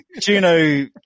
Juno